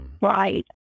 right